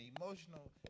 emotional